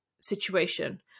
situation